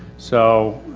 so,